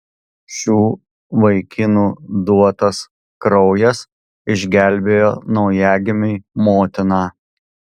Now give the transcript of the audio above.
šių vaikinų duotas kraujas išgelbėjo naujagimiui motiną